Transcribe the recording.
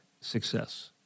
success